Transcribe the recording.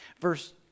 Verse